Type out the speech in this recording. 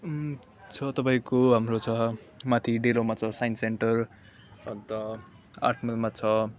छ तपाईँको हाम्रो छ माथि डेलोमा छ साइन्स सेन्टर अन्त आठ माइलमा छ